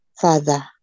Father